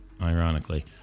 ironically